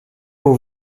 aux